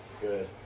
Good